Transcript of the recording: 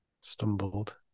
Stumbled